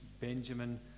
Benjamin